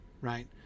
right